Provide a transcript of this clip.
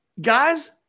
guys